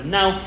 Now